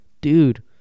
dude